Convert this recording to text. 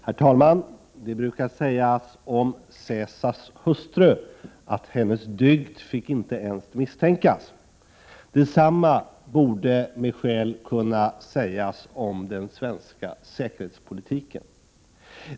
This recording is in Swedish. Herr talman! Det brukar sägas om Caesars hustru att hon inte ens fick misstänkas. Detsamma borde med skäl kunna sägas om den svenska säkerhetspolitiken.